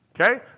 Okay